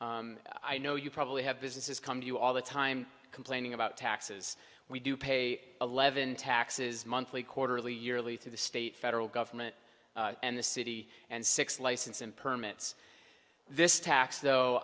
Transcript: i know you probably have businesses come to you all the time complaining about taxes we do pay eleven taxes monthly quarterly yearly through the state federal government and the city and six license and permits this tax